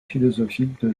philosophique